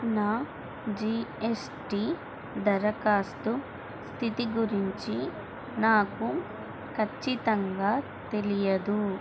నా G S T దరఖాస్తు స్థితి గురించి నాకు ఖచ్చితంగా తెలియదు